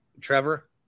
Trevor